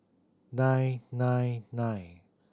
nine nine nine